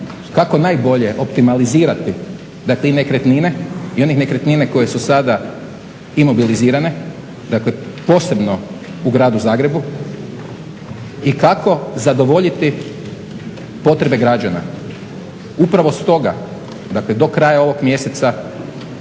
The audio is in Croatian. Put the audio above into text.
kako najbolje optimalizirati da te nekretnine i one nekretnine koje su sada imobilizirane, dakle posebno u gradu Zagrebu, i kako zadovoljiti potrebe građana. Upravo stoga, dakle do kraja ovog mjeseca